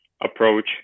approach